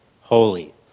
Holy